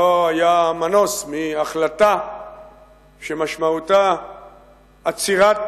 לא היה מנוס מהחלטה שמשמעותה עצירת